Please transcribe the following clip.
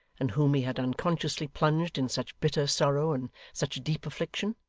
and whom he had unconsciously plunged in such bitter sorrow and such deep affliction?